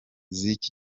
z’iki